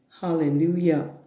Hallelujah